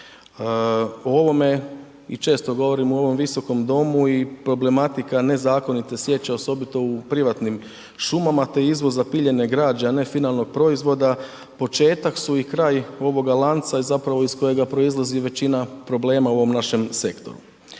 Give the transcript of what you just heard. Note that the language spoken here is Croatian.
U ovome i često govorimo u ovom visokom domu i problematika nezakonite sječe osobito u privatnim šumama, te izvoz zapiljene građe, a ne finalnog proizvoda početak su i kraj ovoga lanca i zapravo iz kojega proizlazi većina problema u ovom našem sektoru.